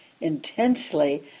intensely